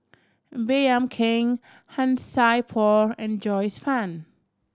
Baey Yam Keng Han Sai Por and Joyce Fan